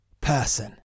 Person